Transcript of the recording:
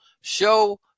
show